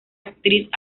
actriz